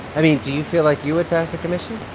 i mean, do you feel like you would pass a commission?